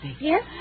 Yes